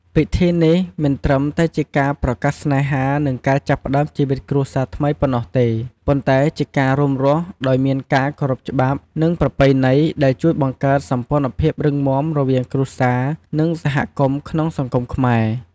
ពិធីនេះមិនត្រឹមតែជាការប្រកាសស្នេហា និងការចាប់ផ្តើមជីវិតគ្រួសារថ្មីប៉ុណ្ណោះទេ ប៉ុន្តែជាការរួមរស់ដោយមានការគោរពច្បាប់ និងប្រពៃណី ដែល ជួយបង្កើតសម្ព័ន្ធភាពរឹងមាំរវាងគ្រួសារ និងសហគមន៍ក្នុងសង្គមខ្មែរ។